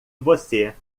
você